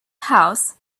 house